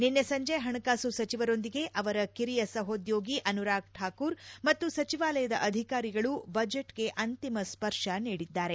ನಿನ್ನೆ ಸಂಜೆ ಹಣಕಾಸು ಸಚಿವರೊಂದಿಗೆ ಅವರ ಕಿರಿಯ ಸಹೋದ್ಯೋಗಿ ಅನುರಾಗ್ ಕಾಕೂರ್ ಮತ್ತು ಸಚಿವಾಲಯದ ಅಧಿಕಾರಿಗಳು ಬಜೆಟ್ಗೆ ಅಂತಿಮ ಸ್ಪರ್ಶ ನೀಡಿದ್ದಾರೆ